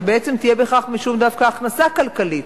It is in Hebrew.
ובעצם תהיה בכך משום דווקא הכנסה כלכלית,